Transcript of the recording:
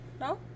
No